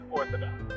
Orthodox